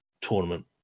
tournament